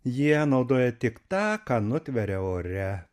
jie naudoja tik tą ką nutveria ore